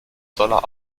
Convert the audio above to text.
dollar